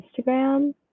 Instagram